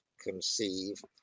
conceive